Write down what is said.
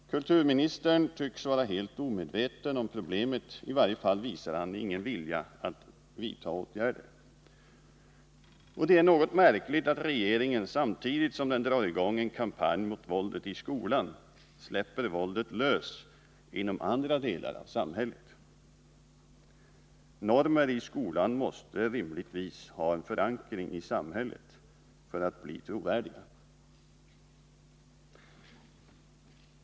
Kulturministern tycks vara helt omedveten om problemet. I varje fall visar han ingen vilja att vidta åtgärder. Det är något märkligt att regeringen, samtidigt som den drar i gång en kampanj mot våldet i skolan, släpper våldet lös inom andra delar av samhället. Normer i skolan måste rimligtvis ha en förankring i samhället för att bli trovärdiga.